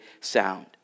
sound